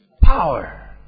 power